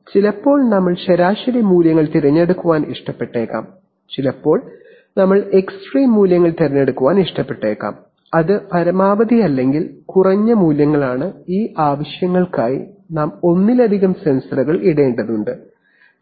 അതിനാൽ ചിലപ്പോൾ ഞങ്ങൾ ശരാശരി മൂല്യങ്ങൾ തിരഞ്ഞെടുക്കാൻ ഇഷ്ടപ്പെട്ടേക്കാം ചിലപ്പോൾ ഞങ്ങൾ എക്സ്ട്രീം മൂല്യങ്ങൾ തിരഞ്ഞെടുക്കാൻ ഇഷ്ടപ്പെട്ടേക്കാം അത് പരമാവധി അല്ലെങ്കിൽ കുറഞ്ഞ മൂല്യങ്ങളാണ് ഈ ആവശ്യങ്ങൾക്കായി ഞങ്ങൾ ഒന്നിലധികം സെൻസറുകൾ ഇടേണ്ടതുണ്ട്